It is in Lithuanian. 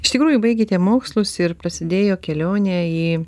iš tikrųjų baigėte mokslus ir prasidėjo kelionė į